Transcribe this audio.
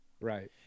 Right